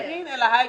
עוברים עליו.